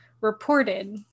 reported